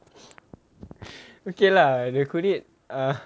okay lah the kulit err